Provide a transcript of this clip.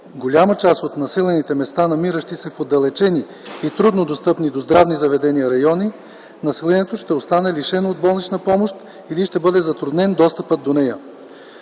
голяма част от населените места, намиращи се в отдалечени и труднодостъпни до здравни заведения райони, населението ще остане лишено от болнична помощ или ще бъде затруднен достъпът до нея.